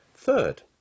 Third